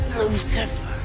Lucifer